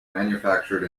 manufactured